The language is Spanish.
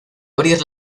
abrir